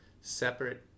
separate